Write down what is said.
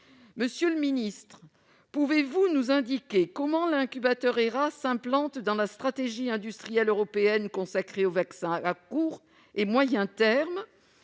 Monsieur le secrétaire d'État, pouvez-vous nous indiquer comment l'incubateur HERA s'implante dans la stratégie industrielle européenne consacrée aux vaccins à court et moyen terme ?